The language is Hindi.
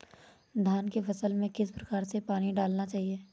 धान की फसल में किस प्रकार से पानी डालना चाहिए?